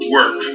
work